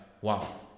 wow